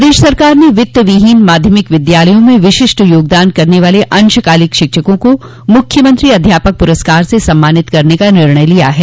प्रदेश सरकार ने वित्तविहीन माध्यमिक विद्यालयों में विशिष्ट योगदान करने वाले अंशकालिक शिक्षकों को मुख्यमंत्री अध्यापक पुरस्कार से सम्मानित करने का निर्णय लिया है